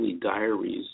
diaries